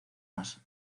más